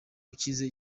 ukize